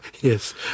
Yes